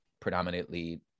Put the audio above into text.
Predominantly